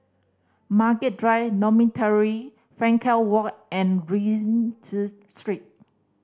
Margaret Drive Dormitory Frankel Walk and Rienzi Street